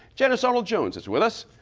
janice arnold-jones is with us.